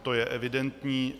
To je evidentní.